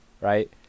right